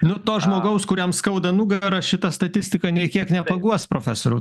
nu to žmogaus kuriam skauda nugarą šita statistika nė kiek nepaguos profesoriau